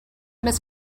miss